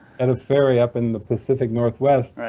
and a ferry up in the pacific northwest,